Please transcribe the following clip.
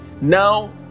now